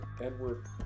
Edward